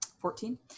Fourteen